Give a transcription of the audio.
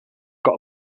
got